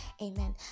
Amen